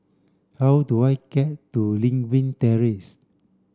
how do I get to Lewin Terrace